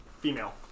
female